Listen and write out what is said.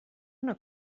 una